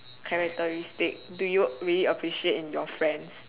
characteristic do you really appreciate in your friends